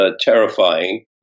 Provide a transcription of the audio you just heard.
terrifying